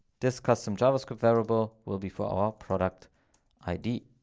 this custom javascript variable will be for our product id.